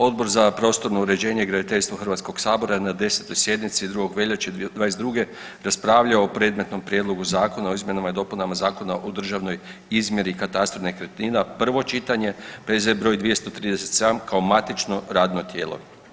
Odbor za prostorno uređenje i graditeljstvo HS je na 10. sjednici 2. veljače 2022. raspravljao o predmetnom Prijedlogu zakona o izmjenama i dopunama Zakona o državnoj izmjeri i katastru nekretnina, prvo čitanje, P.Z. br. 237, kao matično radno tijelo.